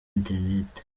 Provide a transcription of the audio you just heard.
internet